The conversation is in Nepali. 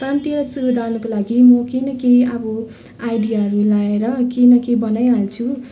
तर त्यसमा जानुको लागि म केही न केही अब आइडियाहरू लगाएर केही न केही बनाइहाल्छु